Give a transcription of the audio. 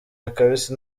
akabisi